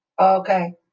Okay